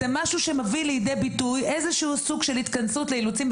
זה משהו שמביא לידי ביטוי סוג של התכנסות לאילוצים,